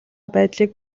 байдлыг